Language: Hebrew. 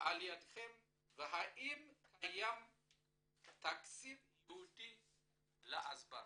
על ידכם והאם קיים תקציב ייעודי להסברה.